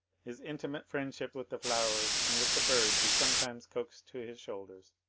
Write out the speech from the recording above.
his intimate friendship with the flowers, and with the birds he sometimes coaxed to his shoulder,